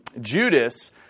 Judas